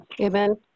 Amen